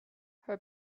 her